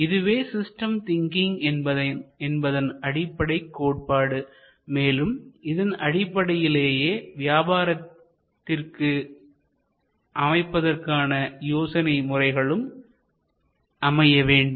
இதுவே system thinking என்பதன் அடிப்படைக் கோட்பாடு மேலும் இதன் அடிப்படையிலேயே வியாபாரத்திற்கு அமைப்பதற்கான யோசனை முறைகளும் அமைய வேண்டும்